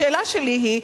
השאלה שלי היא,